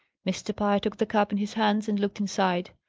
mr. pye took the cap in his hand, and looked inside.